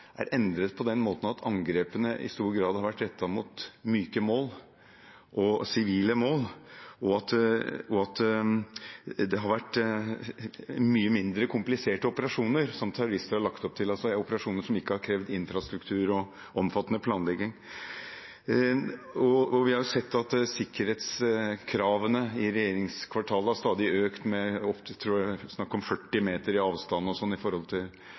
er endret på den måten at angrepene i stor grad har vært rettet mot myke mål og sivile mål, og at det har vært mye mindre kompliserte operasjoner som terrorister har lagt opp til, altså operasjoner som ikke har krevd infrastruktur og omfattende planlegging. Vi har sett at sikkerhetskravene i regjeringskvartalet stadig har økt – jeg tror det er snakk om 40 meter i avstand når det gjelder sikkerhetstiltak mot bomber. Vil regjeringen vurdere disse sikkerhetskravene i